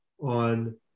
on